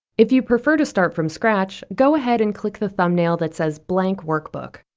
if you prefer to start from scratch, go ahead and click the thumbnail that says blank workbook.